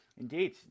Indeed